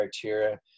criteria